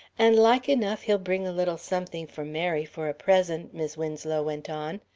and like enough he'll bring a little something for mary for a present, mis' winslow went on.